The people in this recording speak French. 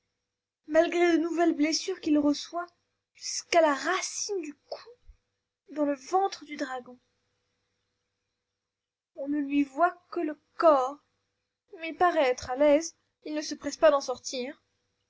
malgré de nouvelles blessures qu'il reçoit jusqu'à la racine du cou dans le ventre du dragon on ne lui voit que le corps il paraît être à l'aise il ne se presse pas d'en sortir